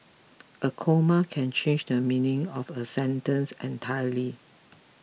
a comma can change the meaning of a sentence entirely